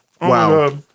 Wow